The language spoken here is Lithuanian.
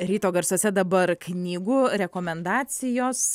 ryto garsuose dabar knygų rekomendacijos